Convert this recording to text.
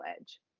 edge